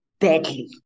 badly